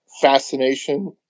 fascination